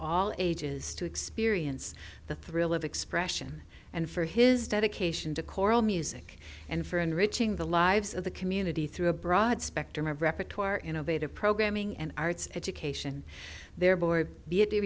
all ages to experience the thrill of expression and for his dedication to choral music and for enriching the lives of the community through a broad spectrum of repertoire innovative programming and arts education their bo